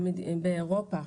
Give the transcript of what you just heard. באירופה,